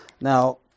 Now